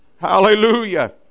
Hallelujah